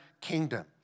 kingdom